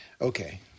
Okay